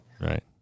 Right